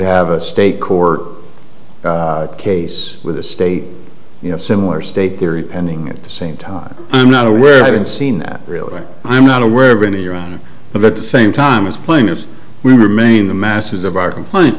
have a state court case with the state you have similar state theory pending at the same time i'm not aware i haven't seen that really i'm not aware of any of your own but at the same time as plaintiffs we remain the masters of our complain